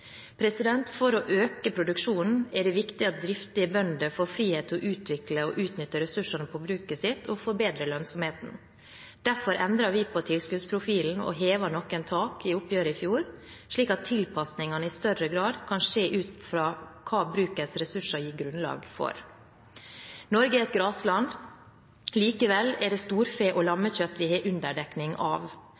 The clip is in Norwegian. For å øke produksjonen er det viktig at driftige bønder får frihet til å utvikle og utnytte ressursene på bruket sitt og forbedre lønnsomheten. Derfor endret vi på tilskuddsprofilen og hevet noen tak i oppgjøret i fjor, slik at tilpasningene i større grad kan skje ut fra hva brukets ressurser gir grunnlag for. Norge er et grasland. Likevel er det storfe- og lammekjøtt vi har underdekning av.